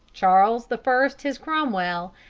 charles the first his cromwell,